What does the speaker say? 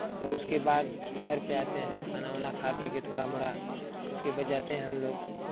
और उसके बाद घर पे आते हैं खाना उना खा पी के थोड़ा मोड़ा उसके बाद जाते हैं हम लोग